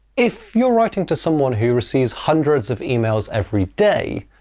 if you're writing to someone who receives hundreds of emails every day,